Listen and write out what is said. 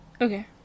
okay